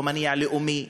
לא מניע לאומי,